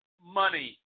money